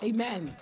Amen